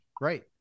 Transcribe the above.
right